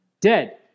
Dead